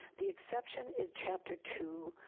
the exception is chapter two,